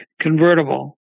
convertible